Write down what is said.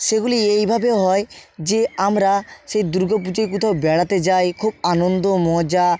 সেগুলি এইভাবে হয় যে আমরা সেই দুর্গা পুজোয় কোথাও বেড়াতে যাই খুব আনন্দ মজা